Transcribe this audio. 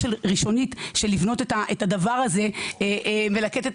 ראשונית של לבנות את הדבר הזה ולתת את